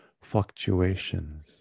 fluctuations